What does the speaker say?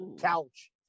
couch